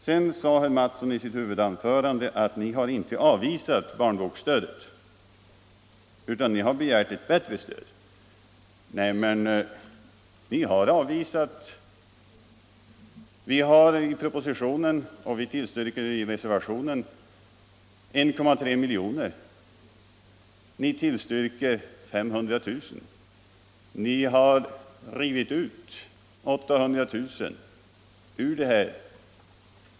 Vidare sade herr Mattsson i sitt huvudanförande att man på hans håll inte har avvisat stödet till barnoch ungdomslitteratur utan har begärt ett bättre stöd. Nej, ni har avvisat barnboksstödet. I propositionen föreslås 1,3 milj.kr. i sådant stöd, och detta tillstyrker vi i reservationen 1. Ni tillstyrker 500 000 kr.